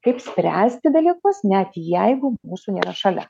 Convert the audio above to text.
kaip spręsti dalykus net jeigu mūsų nėra šalia